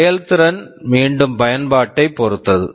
செயல்திறன் மீண்டும் பயன்பாட்டைப் பொறுத்தது